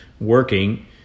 working